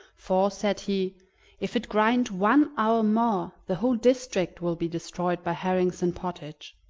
for, said he if it grind one hour more the whole district will be destroyed by herrings and pottage.